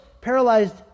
paralyzed